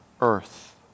earth